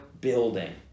building